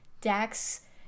dax